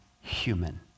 human